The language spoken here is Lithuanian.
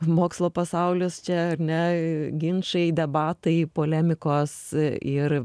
mokslo pasaulis čia ar ne ginčai debatai polemikos ir